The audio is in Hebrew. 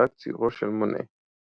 בהשראת ציורו של מונה IMPRESSION,